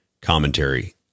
commentary